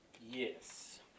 Yes